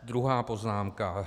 Druhá poznámka.